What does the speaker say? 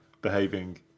behaving